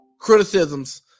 criticisms